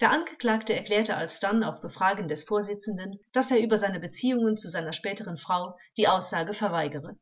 der angeklagte erklärte alsdann auf befragen des vorsitzenden daß er über seine beziehungen zu seiner späteren frau die aussage verweigere vors